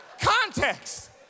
Context